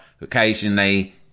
occasionally